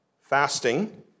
fasting